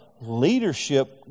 leadership